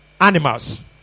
animals